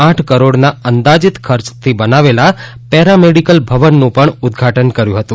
આઠ કરોડના અંદાજિત ખર્ચથી બનાવેલ પેરામેડિકલ ભવનનું પણ ઉદઘાટન કર્યું હતું